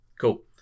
Cool